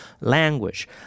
language